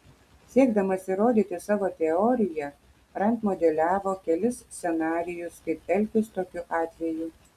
siekdamas įrodyti savo teoriją rand modeliavo kelis scenarijus kaip elgtis tokiu atveju